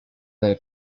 del